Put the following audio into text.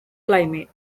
climate